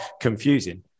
confusing